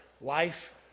life